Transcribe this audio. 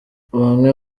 bamwe